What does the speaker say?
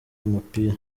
umupira